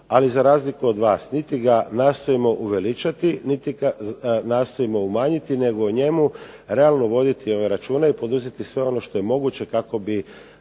ali za razliku od vas niti ga pokušavamo uveličati niti ga nastojimo umanjiti, nego o njemu realno voditi računa i poduzeti sve ono što je moguće kako bi